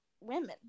Women